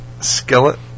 Skillet